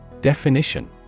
Definition